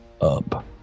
up